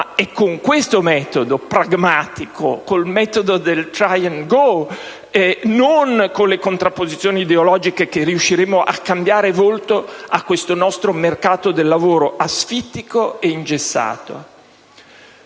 Ma è con questo metodo pragmatico, con il metodo del *try* *and* *go*, non con le contrapposizioni ideologiche, che riusciremo a cambiare volto a questo nostro mercato del lavoro asfittico e ingessato.